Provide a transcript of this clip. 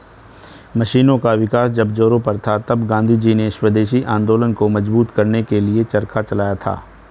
मशीनों का विकास जब जोरों पर था तब गाँधीजी ने स्वदेशी आंदोलन को मजबूत करने के लिए चरखा चलाया था